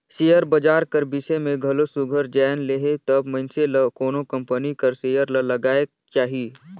share बजार कर बिसे में घलो सुग्घर जाएन लेहे तब मइनसे ल कोनो कंपनी कर सेयर ल लगाएक चाही